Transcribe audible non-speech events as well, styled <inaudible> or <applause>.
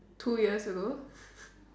two years ago <breath>